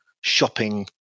shopping